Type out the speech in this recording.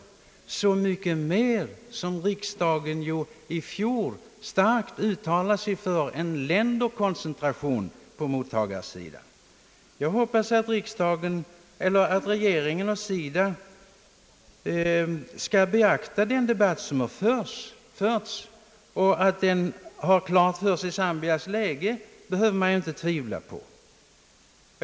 Jag säger detta så mycket mer som riksdagen i fjol starkt uttalade sig för en länderkoncentration på mottagarsidan. Jag hoppas att regeringen och SIDA skall beakta den debatt som här förts. Att de har klart för sig läget 1 Zambia kan inte betvivlas.